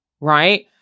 right